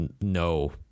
no